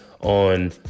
on